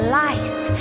life